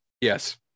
Yes